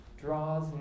draws